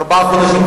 ארבעה חודשים,